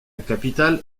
capitale